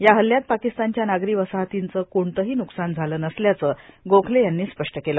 या हल्ल्यात पाकिस्तानच्या नागरी वसाहतींचं कोणतही नुकसान झालं नसल्याचं गोखले यांनी स्पष्ट केलं